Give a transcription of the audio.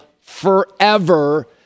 forever